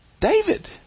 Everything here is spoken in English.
David